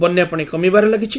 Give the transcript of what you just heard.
ବନ୍ୟା ପାଣି କମିବାରେ ଲାଗିଛି